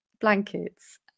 blankets